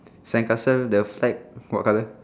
sandcastle the flag what colour